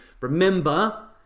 remember